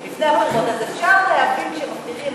אז אפשר להבין שמבטיחים,